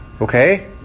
Okay